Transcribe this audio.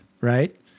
Right